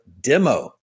demo